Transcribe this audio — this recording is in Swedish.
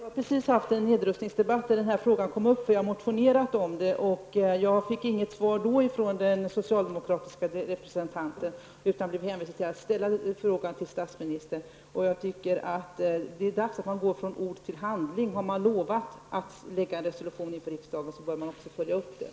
Herr talman! Vi har precis haft en nedrustningsdebatt där den här frågan kom upp och vi har motionerat om den. Jag fick vid det tillfället inget svar av den socialdemokratiska representanten, utan blev hänvisad att ställa frågan till statsministern. Jag tycker att det är dags att gå från ord till handling. Har man inför riksdagen lovat att lägga en resolution, får man också följa upp det.